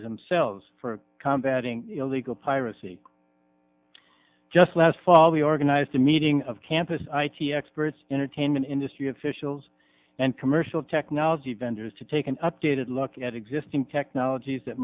and selves for combating illegal piracy just last fall we organized a meeting of campus i t experts entertainment industry officials and commercial technology vendors to take an updated look at existing technologies that